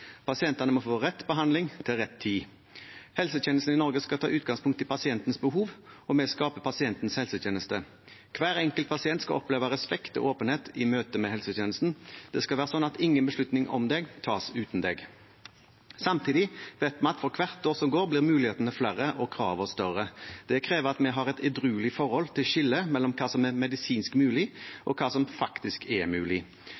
Pasientene må få rett behandling til rett tid. Helsetjenesten i Norge skal ta utgangspunkt i pasientens behov, og vi skaper pasientens helsetjeneste. Hver enkelt pasient skal oppleve respekt og åpenhet i møtet med helsetjenesten. Det skal være sånn at ingen beslutning om deg tas uten deg. Samtidig vet vi at for hvert år som går, blir mulighetene flere og kravene større. Det krever at vi har et edruelig forhold til skillet mellom hva som er medisinsk mulig, og hva som faktisk er mulig.